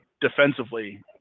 defensively